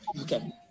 okay